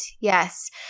Yes